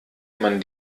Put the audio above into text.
man